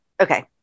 Okay